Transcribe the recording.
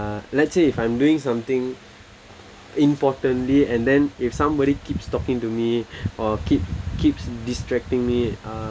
uh let's say if I'm doing something importantly and then if somebody keeps talking to me or keep keeps distracting me uh